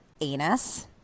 anus